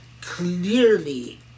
clearly